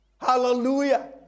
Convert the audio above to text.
Hallelujah